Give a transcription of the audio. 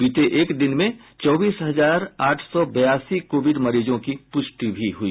बीते एक दिन में चौबीस हजार आठ सौ बयासी कोविड मरीजों की पुष्टि हुई